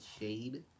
shade